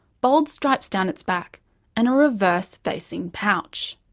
bold stripes down its back and a reverse-facing pouch.